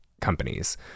companies